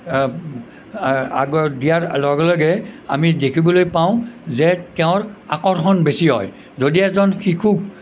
আগত দিয়াৰ লগে লগে আমি দেখিবলৈ পাওঁ যে তেওঁৰ আকৰ্ষণ বেছি হয় যদি এজন শিশুক